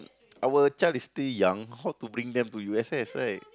our child is still young how to bring them to U_S_S right